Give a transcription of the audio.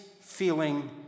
feeling